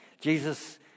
Jesus